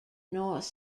north